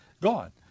gone